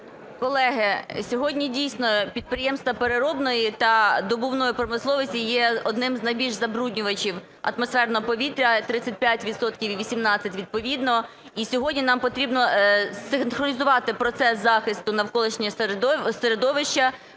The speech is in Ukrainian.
Колеги, сьогодні дійсно підприємства переробної та добувної промисловості є одним з найбільших забруднювачів атмосферного повітря – 35 відсотків і 18 відповідно. І сьогодні нам потрібно синхронізувати процес захисту навколишнього середовища